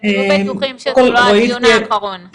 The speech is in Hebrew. ותהיו בטוחים שזה לא הדיון האחרון.